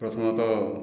ପ୍ରଥମତଃ